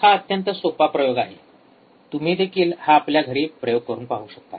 हा अत्यंत सोपा प्रयोग आहे तुम्ही देखील हा आपल्या घरी प्रयोग करून पाहू शकता